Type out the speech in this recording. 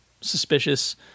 suspicious